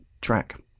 track